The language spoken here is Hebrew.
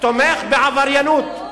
תומך בעבריינות,